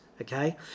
okay